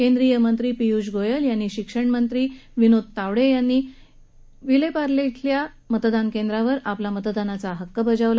केंद्रीय मंत्री पियूष गोयल यांनी शिक्षण मंत्री विनोद तावडे यांनी विलेपार्ले इथल्या मतदान केंद्रावर आपला मतदानाचा हक्क बजावला